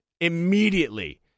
immediately